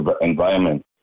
environment